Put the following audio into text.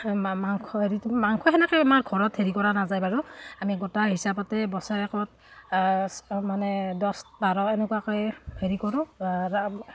মাংস হেৰিতো মাংস সেনেকৈ আমাৰ ঘৰত হেৰি কৰা নাযায় বাৰু আমি গোটা হিচাপতে বছেৰেকত মানে দহ বাৰ এনেকুৱাকৈ হেৰি কৰোঁ